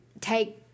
take